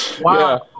Wow